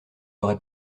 aurai